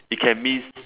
it can mean